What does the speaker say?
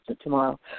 tomorrow